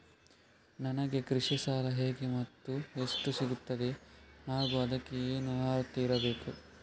ನನಗೆ ಕೃಷಿ ಸಾಲ ಹೇಗೆ ಮತ್ತು ಎಷ್ಟು ಸಿಗುತ್ತದೆ ಹಾಗೂ ಅದಕ್ಕೆ ಏನು ಅರ್ಹತೆ ಇರಬೇಕು?